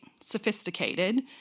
sophisticated